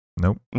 Nope